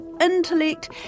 intellect